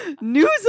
News